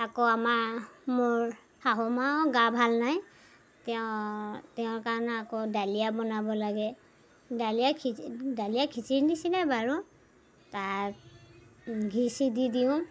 আকৌ আমাৰ মোৰ শাহু মাও গা ভাল নাই তেওঁ তেওঁৰ কাৰণে আকৌ দালিয়া বনাব লাগে দালিয়া দালিয়া খিচিৰি নিচিনাই বাৰু তাত ঘিচি দি দিওঁ